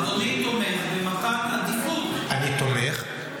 אדוני, תומך במתן עדיפות -- אני תומך.